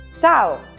Ciao